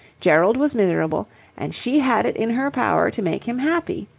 gerald was miserable and she had it in her power to make him happy.